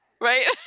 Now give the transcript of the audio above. right